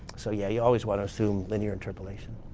so, yeah, you always want to assume linear interpolation.